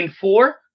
four